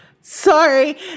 Sorry